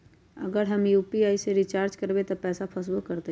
अगर हम यू.पी.आई से रिचार्ज करबै त पैसा फसबो करतई?